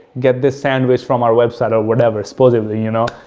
get this sandwich from our website, or whatever supposedly, you know?